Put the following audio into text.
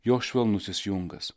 jo švelnusis jungas